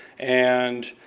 and